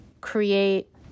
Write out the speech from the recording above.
create